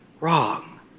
wrong